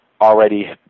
already